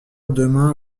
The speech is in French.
demain